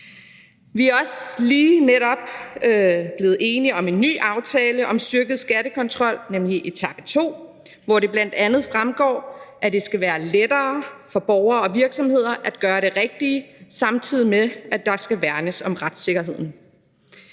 Vi er også lige netop blevet enige om en ny aftale om en styrket skattekontrol, nemlig etape 2, hvor det bl.a. fremgår, at det skal være lettere for borgere og virksomheder at gøre det rigtige, samtidig med at der skal værnes om retssikkerheden.